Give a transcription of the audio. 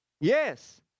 Yes